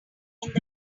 good